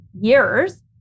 years